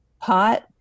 pot